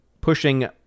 pushing